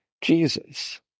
Jesus